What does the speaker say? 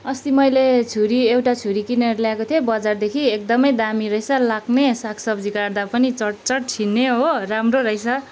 अस्ति मैले छुरी एउटा छुरी किनेर ल्याएको थिएँ बजारदेखि एकदमै दामी रहेछ लाग्ने साग सब्जी काट्दा पनि चट् चट् छिन्ने हो राम्रो रहेछ